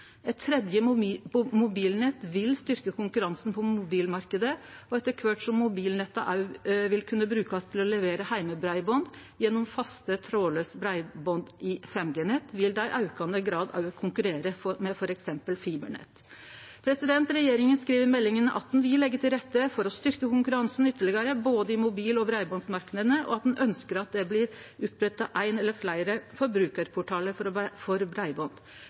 Eit tredje mobilnett vil styrkje konkurransen på mobilmarknaden, og etter kvart som mobilnettet vil kunne brukast til å levere heimebreiband gjennom faste, trådlause breiband i 5G-nett, vil det i aukande grad konkurrere med f.eks. fibernett. Regjeringa skriv i meldinga at ho vil leggje til rette for å styrkje konkurransen ytterlegare både i mobil- og breibandsmarknadene, og at ho ønskjer at det blir oppretta ein eller fleire forbrukarportalar for breiband. Nasjonal kommunikasjonsmyndighet vil i den neste marknadsgjennomgangen sin vurdere om det er behov for